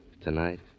tonight